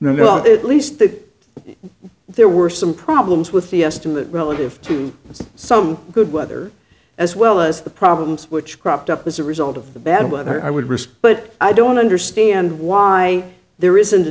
bit no it least that there were some problems with the estimate relative to some good weather as well as the problems which cropped up as a result of the bad weather i would risk but i don't understand why there isn't a